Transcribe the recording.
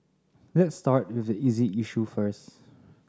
let's start with the easy issue first